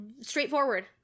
straightforward